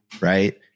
right